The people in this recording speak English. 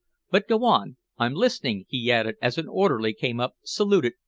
but go on i'm listening, he added, as an orderly came up, saluted,